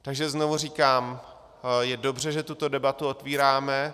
Takže znovu říkám, je dobře, že tuto debatu otvíráme.